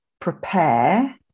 prepare